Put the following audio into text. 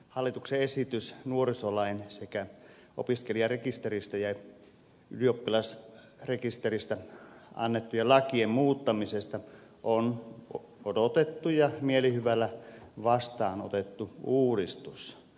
hallituksen esitys nuorisolain sekä opiskelijarekisteristä ja ylioppilasrekisteristä annettujen lakien muuttamisesta on odotettu ja mielihyvällä vastaanotettu uudistus